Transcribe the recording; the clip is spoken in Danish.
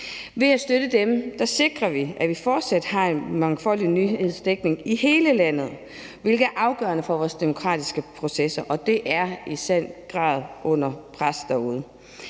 Ved at støtte dem sikrer vi, at vi fortsat har en mangfoldig nyhedsdækning i hele landet, hvilket er afgørende for vores demokratiske processer, og de er i sandhed under pres derude.